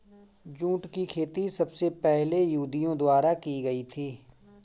jute की खेती सबसे पहले यहूदियों द्वारा की गयी थी